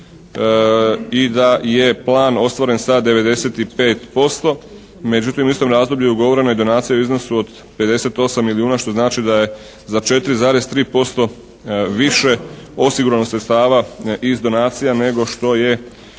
i da je plan ostvaren sa 95%. Međutim u istom razdoblju ugovoreno je donacija u iz nosu od 58 milijuna, što znači da je za 4,3% više osigurano sredstava iz donacija nego što je